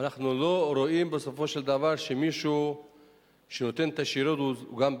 ואנחנו לא רואים בסופו של דבר שמישהו שנותן את השירות הוא גם בן-אדם.